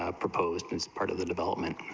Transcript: ah proposed but as part of the development